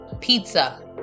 pizza